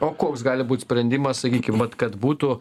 o koks gali būt sprendimas sakykim vat kad būtų